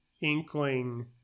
inkling